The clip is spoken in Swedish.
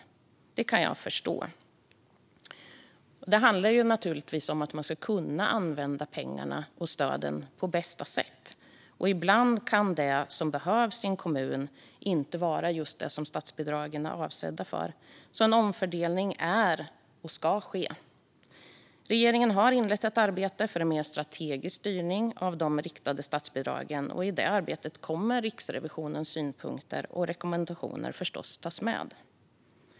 Det kan jag förstå. Det handlar naturligtvis om att man ska kunna använda pengarna och stöden på bästa sätt. Ibland är det som behövs i en kommun inte just det som statsbidragen är avsedda för. Därför ska en omfördelning ske. Regeringen har inlett ett arbete för en mer strategisk styrning av de riktade statsbidragen. I det arbetet kommer Riksrevisionens synpunkter och rekommendationer förstås att tas med.